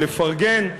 לפרגן,